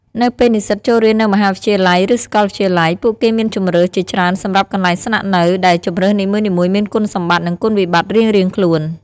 នៅពេលនិស្សិតចូលរៀននៅមហាវិទ្យាល័យ ឬសាកលវិទ្យាល័យ ពួកគេមានជម្រើសជាច្រើនសម្រាប់កន្លែងស្នាក់នៅ ដែលជម្រើសនីមួយៗមានគុណសម្បត្តិ និងគុណវិបត្តិរៀងៗខ្លួន។